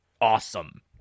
awesome